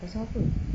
pasal apa